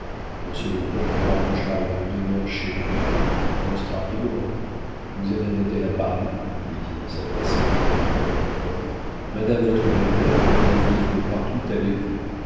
monsieur le comte lui arrangera une demeure chez lui lanstrac est grand vous avez un hôtel à paris dit-il en s'adressant directement à paul madame votre belle-mère peut donc vivre partout avec vous